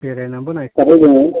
बेरायनानैबो नायखांबाय जोङो